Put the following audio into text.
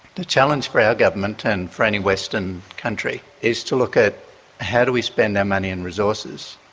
the challenge for our government and for any western country is to look at how do we spend our money and resources.